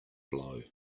blow